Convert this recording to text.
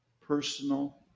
personal